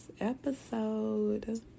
episode